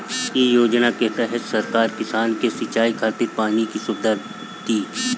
इ योजना के तहत सरकार किसान के सिंचाई खातिर पानी के सुविधा दी